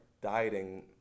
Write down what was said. dieting